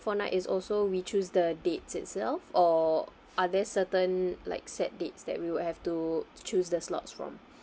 four night is also we choose the dates itself or are there certain like set dates that we would have to choose the slots from